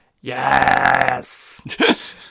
Yes